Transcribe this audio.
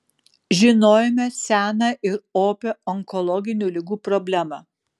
žinojome seną ir opią onkologinių ligų problemą